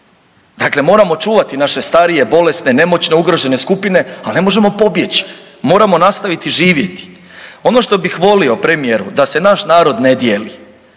dakle moramo čuvati naše starije, bolesne, nemoćne, ugrožene skupine, al ne možemo pobjeći, moramo nastaviti živjeti. Ono što bih volio premijeru da se naš narod ne dijeli